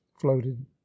floated